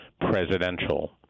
presidential